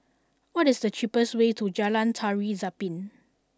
what is the cheapest way to Jalan Tari Zapin